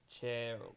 chair